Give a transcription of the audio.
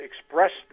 expressed